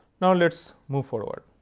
now, let us move forward.